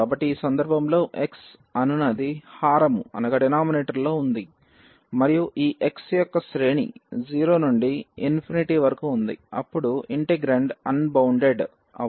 కాబట్టి ఈ సందర్భంలో x అనునది హారములో ఉంది మరియు ఈ x యొక్క శ్రేణి 0 నుండి వరకు వుంది అప్పుడు ఇంటిగ్రాండ్ అన్బౌండెడ్ అవ్వొచ్చు